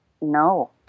no